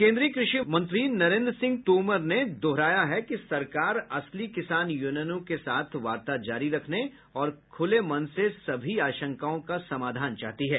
केन्द्रीय कृषि मंत्री नरेंद्र सिंह तोमर ने दोहराया है कि सरकार असली किसान यूनियनों के साथ वार्ता जारी रखने और खूले मन से सभी आशंकाओं का समाधान चाहती है